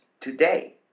today